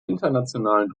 internationalen